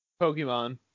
Pokemon